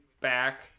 back